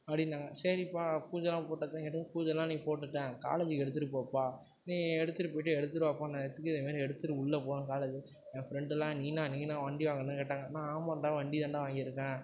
அப்படினாங்க சரிப்பா பூஜைலாம் போட்டாச்சானு கேட்டதுக்கு பூஜைலாம் இன்றைக்கி போட்டுவிட்டேன் காலேஜிக்கு எடுத்துகிட்டு போப்பா நீ எடுத்துகிட்டு போயிட்டு எடுத்துகிட்டு வாப்பானதுக்கு இது மாரி எடுத்துகிட்டு உள்ளே போனேன் காலேஜி என் ஃபிரெண்டுலாம் நீயா நீயா வண்டி வாங்கினனு கேட்டாங்க நான் ஆமாண்டா வண்டிதான்டா வாங்கியிருக்கேன்